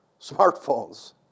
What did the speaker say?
Smartphones